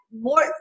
more